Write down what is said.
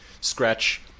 scratch